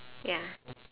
ya